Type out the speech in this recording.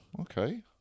okay